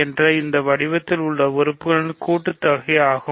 என்ற இந்த வடிவத்தில் உள்ள உறுப்புகளின் கூட்டுத் தொகை ஆகும்